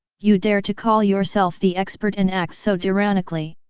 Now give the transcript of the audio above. you dare to call yourself the expert and act so tyrannically.